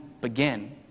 begin